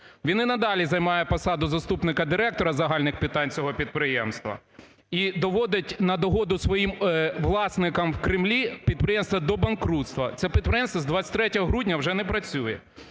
він і надалі займає посаду заступника директора з загальних питань цього підприємства і доводить, на догоду своїм власникам в Кремлі, підприємство до банкрутства. Це підприємство з 23 грудня вже не працює.